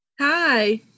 Hi